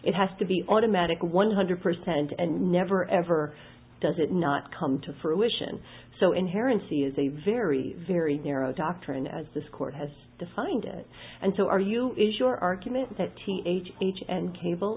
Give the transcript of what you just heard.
it has to be automatic one hundred percent and never ever did not come to fruition so inherently is a very very narrow doctrine as this court has defined it and so are you is your argument that t h h and cable